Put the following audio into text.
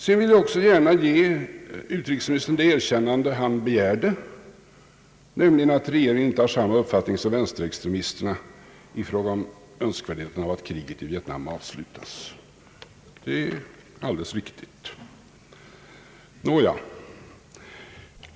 Jag vill också gärna ge utrikesministern det erkännande han begärde, nämligen att regeringen inte har samma uppfattning som vänsterextremisterna i fråga om önskvärdheten av att kriget i Vietnam avslutas. Det är alldeles riktigt.